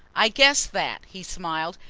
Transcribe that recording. i guessed that, he smiled,